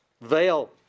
veil